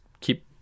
keep